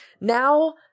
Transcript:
Now